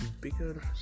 bigger